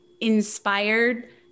inspired